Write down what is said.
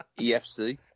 EFC